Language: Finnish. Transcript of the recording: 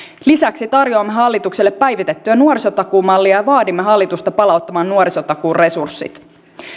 lisäksi tarjoamme hallitukselle päivitettyä nuorisotakuumallia ja vaadimme hallitusta palauttamaan nuorisotakuun resurssit